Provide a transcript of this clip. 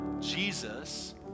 Jesus